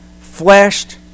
flashed